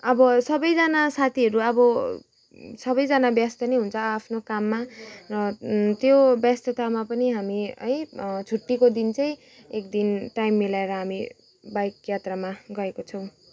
अब सबैजना साथीहरू अब सबैजना व्यस्त नै हुन्छ आफ्नो काममा र त्यो व्यस्ततामा पनि हामी है छुट्टीको दिन चाहिँ एक दिन टाइम मिलाएर हामी बाइक यात्रामा गएको छौँ